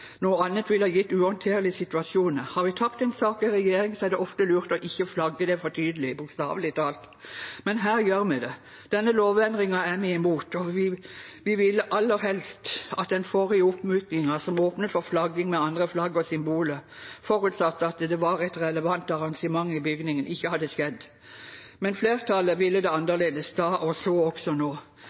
Noe annet ville gitt uhåndterlige situasjoner. Har vi tapt en sak i regjering, er det ofte lurt å ikke flagge det for tydelig, bokstavelig talt, men her gjør vi det. Denne lovendringen er vi imot, og vi ville aller helst at den forrige oppmykningen, som åpner for flagging med andre flagg og symboler, forutsatt at det var et relevant arrangement i bygningen, ikke hadde skjedd. Men flertallet ville det annerledes da, og så også nå.